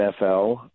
NFL